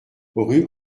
rue